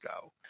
go